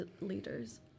leaders